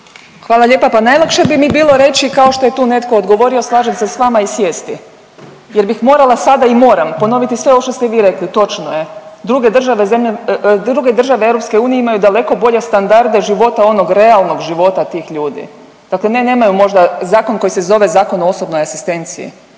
Hvala lijepa. Pa najlakše bi mi bilo reći kao što je tu netko odgovorio slažem se s vama i sjesti jer bih morala sada i moram ponoviti sve ovo što ste vi rekli, točno je. Druge države .../nerazumljivo/... druge države EU imaju daleko bolje standarde života, onog realnog života tih ljudi. Dakle ne, nemaju možda zakon koji se zove zakon o osobnoj asistenciji.